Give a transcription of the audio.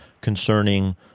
concerning